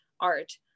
art